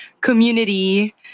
community